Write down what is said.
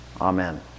Amen